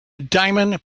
diamond